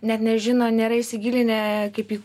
net nežino nėra įsigilinę kaip į